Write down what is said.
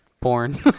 porn